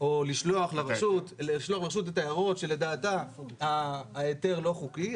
או לשלוח לרשות את ההערות שלדעתה ההיתר לא חוקי.